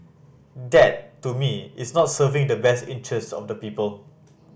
that to me is not serving the best interests of the people